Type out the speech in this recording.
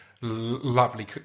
lovely